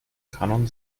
kanon